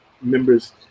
members